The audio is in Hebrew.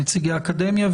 נציגי האקדמיה,